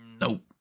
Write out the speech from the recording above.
Nope